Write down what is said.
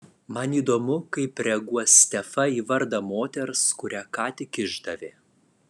man įdomu kaip reaguos stefa į vardą moters kurią ką tik išdavė